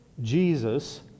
Jesus